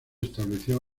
estableció